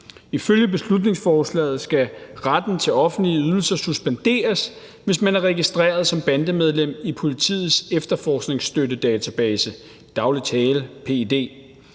Ifølge beslutningsforslaget skal retten til offentlige ydelser suspenderes, hvis man er registreret som bandemedlem i politiets Efterforskningsstøtte Database, i daglig tale PED.